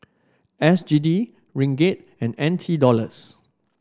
S G D Ringgit and N T Dollars